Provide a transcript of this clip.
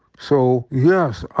so, yes,